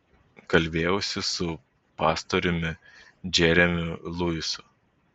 kalbėjausi su pastoriumi džeremiu luisu